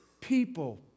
people